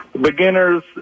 beginners